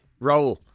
Raul